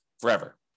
forever